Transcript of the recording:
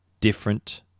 Different